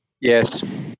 Yes